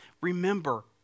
Remember